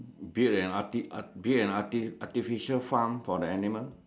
build an arty build an arty artificial farm for the animal